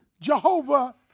Jehovah